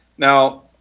Now